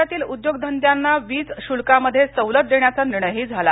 राज्यातील उद्योगधंद्याना वीज शुल्कामध्ये सवलत देण्याचा निर्णयही झाला